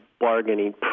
bargaining